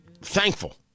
thankful